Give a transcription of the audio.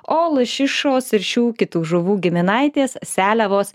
o lašišos ir šių kitų žuvų giminaitės seliavos